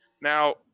Now